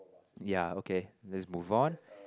ya ok let's move on